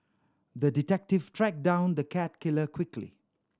the detective tracked down the cat killer quickly